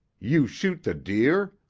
you shoot the deer